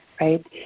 right